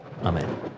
amen